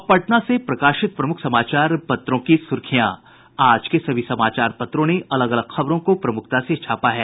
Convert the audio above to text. अब पटना से प्रकाशित प्रमुख समाचार पत्रों की सुर्खियां आज के सभी समाचार पत्रों ने अलग अलग खबरों को प्रमुखता से छापा है